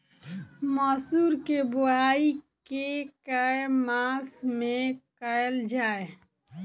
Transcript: मसूर केँ बोवाई केँ के मास मे कैल जाए?